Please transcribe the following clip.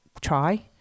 try